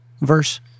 verse